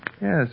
Yes